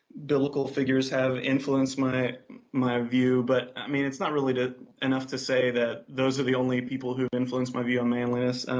biblical figures have influenced my my view, but, i mean it's not really enough to say that those are the only people who've influenced my view on manliness. and